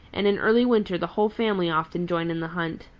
and in early winter the whole family often join in the hunt.